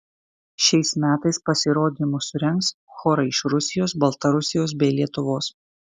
šiais metais pasirodymus surengs chorai iš rusijos baltarusijos bei lietuvos